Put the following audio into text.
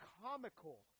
comical